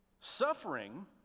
suffering